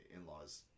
in-laws